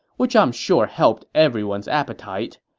which i'm sure helped everyone's appetite.